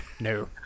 No